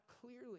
clearly